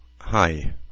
Hi